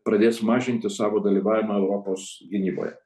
pradės mažinti savo dalyvavimą europos gynyboje